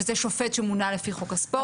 שזה שופט שמונה לפי חוק הספורט.